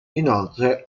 inoltre